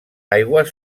aigües